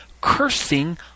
cursing